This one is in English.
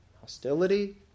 hostility